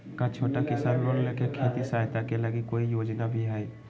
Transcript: का छोटा किसान लोग के खेती सहायता के लगी कोई योजना भी हई?